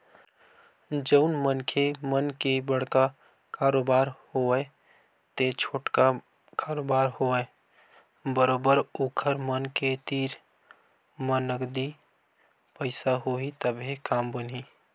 जउन मनखे मन के बड़का कारोबार होवय ते छोटका कारोबार होवय बरोबर ओखर मन के तीर म नगदी पइसा होही तभे काम बनही